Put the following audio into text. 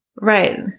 right